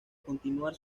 continuar